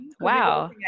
wow